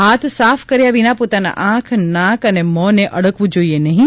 હાથ સાફ કર્યા વિના પોતાના આંખ નાક અને મોંને અડકવું જોઈએ નહીં